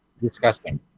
disgusting